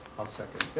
i'll second